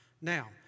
Now